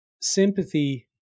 sympathy